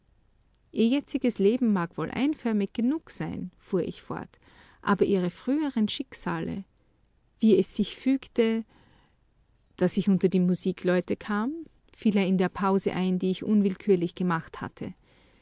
ihr jetziges leben mag wohl einförmig genug sein fuhr ich fort aber ihre früheren schicksale wie es sich fügte daß ich unter die musikleute kam fiel er in die pause ein die ich unwillkürlich gemacht hatte